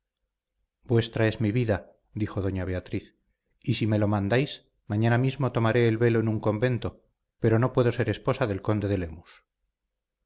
vuestra es mi vida dijo doña beatriz y si me lo mandáis mañana mismo tomaré el velo en un convento pero no puedo ser esposa del conde de lemus